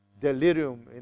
delirium